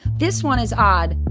this one is odd.